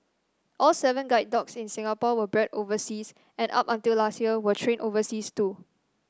all seven guide dogs in Singapore were bred overseas and up until last year were trained overseas too